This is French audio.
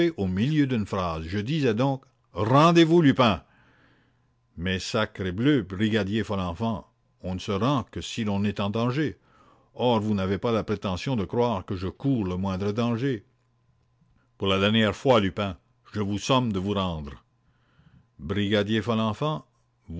au milieu d'une phrase je disais donc rendez-vous lupin mais sacrebleu brigadier folenfant on ne se rend que si l'on est en danger or vous n'avez pas la prétention de croire que je coure le moindre danger pour la dernière fois lupin je vous somme de vous rendre brigadier folenfant